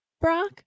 Brock